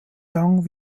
lang